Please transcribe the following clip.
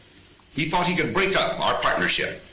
he thought he could break up our partnership